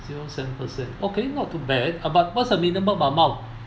zero seven percent okay not too bad uh but what's the minimum amount